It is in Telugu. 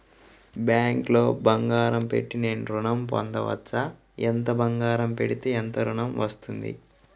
బ్యాంక్లో బంగారం పెట్టి నేను ఋణం పొందవచ్చా? ఎంత బంగారం పెడితే ఎంత ఋణం వస్తుంది?